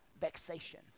vexation